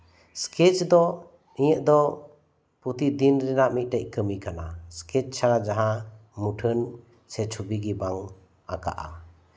sketch ᱫᱚ ᱤᱧᱟᱹᱜ ᱫᱚ ᱯᱨᱚᱛᱤᱫᱤᱱ ᱨᱮᱭᱟᱜ ᱢᱤᱫᱴᱮᱡ ᱠᱟᱹᱢᱤ ᱠᱟᱱᱟ ᱮᱥᱠᱮᱪ ᱪᱷᱟᱲᱟ ᱡᱟᱦᱟᱸ ᱢᱩᱴᱷᱟᱹᱱ ᱥᱮ ᱪᱷᱚᱵᱤ ᱜᱮᱵᱟᱝ ᱟᱸᱠᱟᱜᱼᱟ